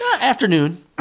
afternoon